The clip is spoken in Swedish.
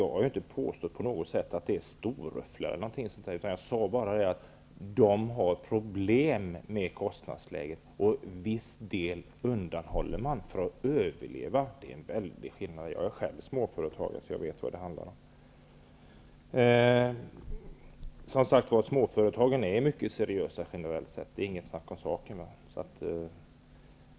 Jag har inte på något sätt påstått att det är en stor sak, utan jag sade bara att de har problem med kostnadsläget och undanhåller en viss del för att överleva. Det är en väldig skillnad. Jag är själv småföretagare, så jag vet vad det handlar om. Småföretagen är som sagt mycket seriösa generellt sett -- det är inget tvivel om det.